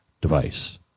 device